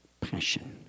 Passion